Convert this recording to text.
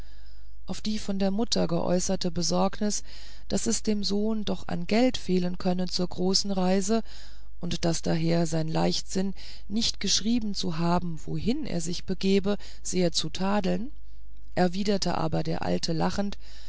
auf die von der mutter geäußerte besorgnis daß es dem sohn doch an geld fehlen könne zur großen reise und daß daher sein leichtsinn nicht geschrieben zu haben wohin er sich begebe sehr zu tadeln erwiderte aber der alte lachend